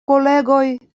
kolegoj